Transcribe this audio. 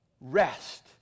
rest